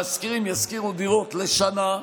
המשכירים ישכירו דירות לשנה,